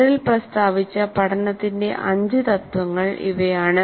Merrill പ്രസ്താവിച്ച പഠനത്തിന്റെ അഞ്ച് തത്വങ്ങൾ ഇവയാണ്